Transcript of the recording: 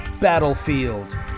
Battlefield